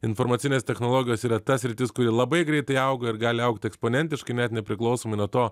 informacinės technologijos yra ta sritis kuri labai greitai auga ir gali augti eksponentiškai net nepriklausomai nuo to